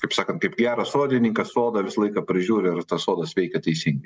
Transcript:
taip sakant kaip gerą sodininką sodą visą laiką prižiūri ar tas sodas veikia teisingai